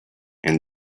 and